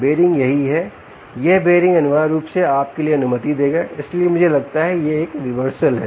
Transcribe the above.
bearing यहीं है यह बीयरिंग अनिवार्य रूप से आप के लिए अनुमति देगा इसलिए मुझे लगता है कि एक रिवर्सल है